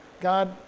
God